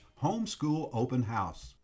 homeschoolopenhouse